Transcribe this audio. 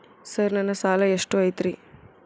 Sir ನನ್ನ ಸಾಲಾ ಎಷ್ಟು ಐತ್ರಿ?